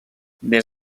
des